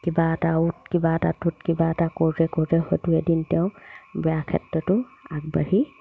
কিবা এটা অ'ত কিবা এটা ত'ত কিবা এটা কৰোঁতে কৰোঁতে হয়তো এদিন তেওঁ বেয়া ক্ষেত্ৰতো আগবাঢ়ি